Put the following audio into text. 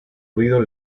ruido